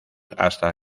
hasta